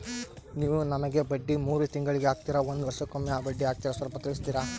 ನೀವು ನಮಗೆ ಬಡ್ಡಿ ಮೂರು ತಿಂಗಳಿಗೆ ಹಾಕ್ತಿರಾ, ಒಂದ್ ವರ್ಷಕ್ಕೆ ಒಮ್ಮೆ ಬಡ್ಡಿ ಹಾಕ್ತಿರಾ ಸ್ವಲ್ಪ ತಿಳಿಸ್ತೀರ?